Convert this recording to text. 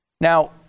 now